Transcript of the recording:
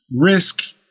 risk